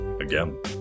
again